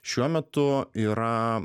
šiuo metu yra